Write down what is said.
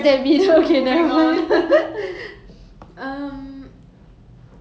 tell a story that is funny in retrospect but may not have been funny at the time